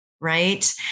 right